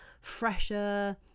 fresher